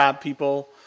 people